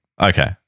Okay